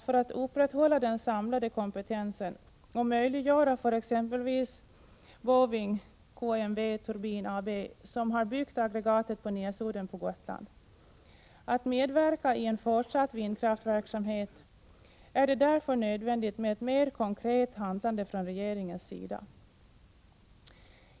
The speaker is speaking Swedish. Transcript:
För att upprätthålla den samlade kompetensen och möjliggöra för exempelvis Boving KMW Turbin AB, som har byggt aggregatet på Näsudden på Gotland, att medverka i en fortsatt vindkraftsverksamhet är det därför nödvändigt med ett mer konkret handlande från regeringens sida.